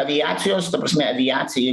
aviacijos ta prasme aviacijai